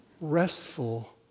restful